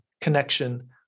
connection